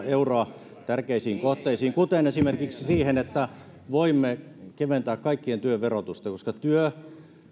euroa tärkeisiin kohteisiin kuten esimerkiksi siihen että voimme keventää kaikkien työn verotusta koska työ